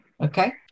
Okay